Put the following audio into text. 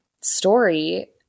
story